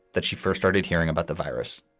that she first started hearing about the virus,